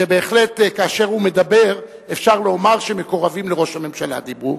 שבהחלט כאשר הוא מדבר אפשר לומר שמקורבים לראש הממשלה דיברו,